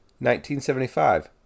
1975